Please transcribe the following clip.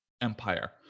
empire